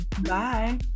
Bye